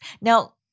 Now